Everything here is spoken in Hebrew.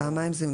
פעמיים זה מוגש.